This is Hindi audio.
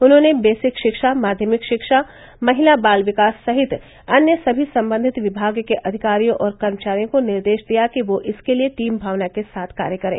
उन्होंने बेसिक शिक्षा माध्यमिक शिक्षा महिला बाल विकास सहित अन्य सभी सम्बन्धित विभाग के अधिकारियों और कर्मचारियों को निर्देश दिया कि वह इसके लिये टीम भावना के साथ कार्य करें